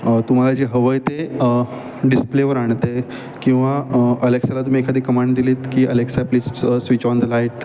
तुम्हाला जे हवंय ते डिस्प्लेवर आणते किंवा अलेक्साला तुम्ही एखादी कमांड दिलीत की Alexa please switch on the light